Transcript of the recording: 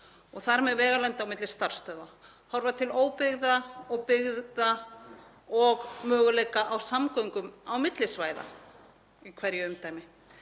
og þar með vegalengdir á milli starfsstöðva, horfa til óbyggða og byggða og möguleika á samgöngum á milli svæða í hverju umdæmi.